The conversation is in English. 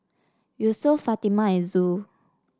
Yusuf Fatimah and Zul